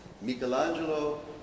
Michelangelo